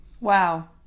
Wow